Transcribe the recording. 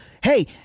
hey